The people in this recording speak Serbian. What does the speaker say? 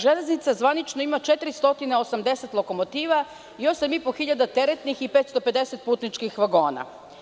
Železnica“ zvanično ima 480 lokomotiva, i 8500 teretnih i 550 putničkih vagona.